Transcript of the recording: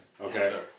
Okay